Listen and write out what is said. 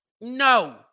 no